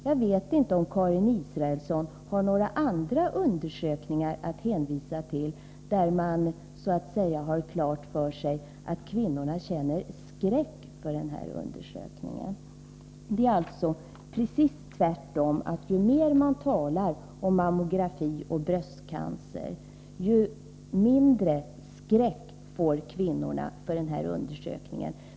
Jag vet inte om Karin Israelsson har några andra studier att hänvisa till, där man kan få klart för sig att kvinnorna känner skräck för undersökningen. Nej, det är alltså precis tvärtom: ju mer man talar om mammografi och bröstcancer, desto mindre skräck får kvinnorna för denna undersökning.